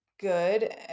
good